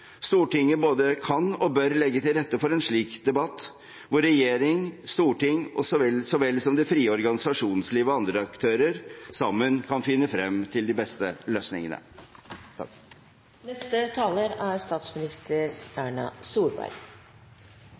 Stortinget både kan og bør legge til rette for en slik debatt, hvor regjering, storting, så vel som det frie organisasjonslivet og andre aktører sammen kan finne frem til de beste